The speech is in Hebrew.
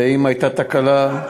ואם הייתה תקלה,